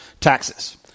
taxes